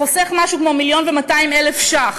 חוסך משהו כמו 1.2 מיליון ש"ח,